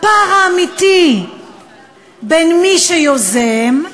הפער האמיתי בין מי שיוזם,